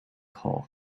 hole